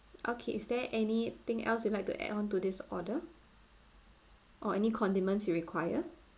okay is there anything else you'd like to add on to this order or any condiments you require